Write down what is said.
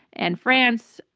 and france.